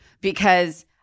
because-